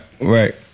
right